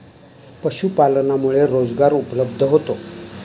पशुपालनामुळे रोजगार उपलब्ध होतो